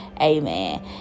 amen